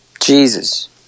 Jesus